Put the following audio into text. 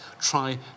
try